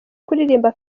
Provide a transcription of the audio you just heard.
kuririmba